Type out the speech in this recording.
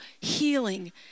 healing